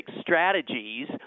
strategies